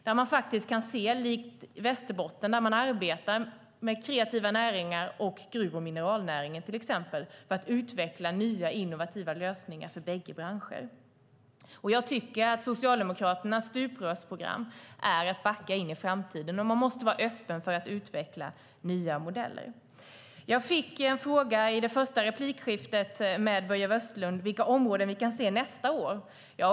Man kan se på exempelvis hur man i Västerbotten arbetar med kreativa näringar och med gruv och mineralnäringen för att utveckla nya, innovativa lösningar för bägge branscherna. Jag tycker att Socialdemokraternas stuprörsprogram är att backa in i framtiden. Man måste vara öppen för att utveckla nya modeller. Jag fick i ett tidigare inlägg en fråga av Börje Vestlund om vilka områden vi kan se nästa år.